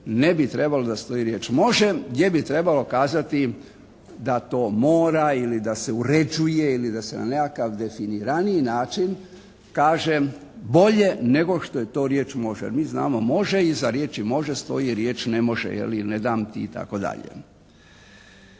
ne bi trebalo da stoji riječ «može». Gdje bi trebalo kazati da to mora ili da se uređuje ili da se na nekakav definiraniji način kaže bolje nego što je to riječ može. Mi znamo može i iza riječi može stoji riječ ne može, je li, ne dam